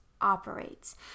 operates